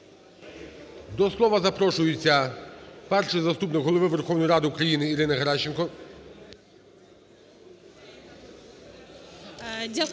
До слова запрошується перший заступник Голови Верховної Ради України Ірина Геращенко.